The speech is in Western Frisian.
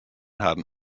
harren